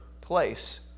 place